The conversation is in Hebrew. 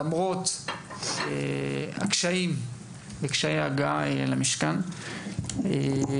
למרות הקשיים בהגעה למשכן הכנסת.